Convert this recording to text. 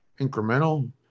incremental